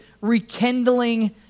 rekindling